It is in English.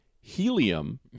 Helium